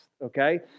okay